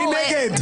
דמיון.